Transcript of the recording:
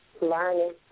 learning